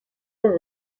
were